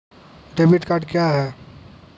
Debit card क्या हैं?